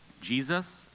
Jesus